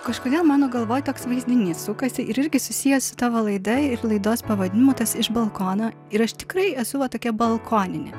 kažkodėl mano galvoj toks vaizdinys sukasi ir irgi susiję su tavo laida ir laidos pavadinimu tas iš balkono ir aš tikrai esu tokia balkoninė